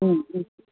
ம் ம்